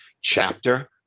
chapter